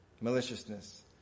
Maliciousness